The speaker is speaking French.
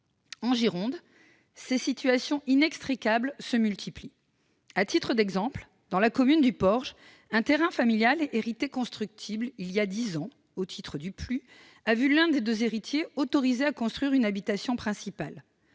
En Gironde, les situations inextricables se multiplient. À titre d'exemple, dans la commune du Porge, un terrain familial hérité, déclaré constructible voilà dix ans au titre du PLU, a vu l'un des deux héritiers autorisé à construire une habitation principale.